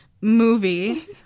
movie